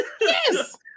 Yes